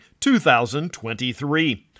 2023